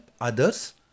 others